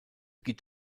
gibt